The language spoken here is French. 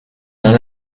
dans